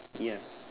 ya